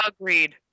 Agreed